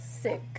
sick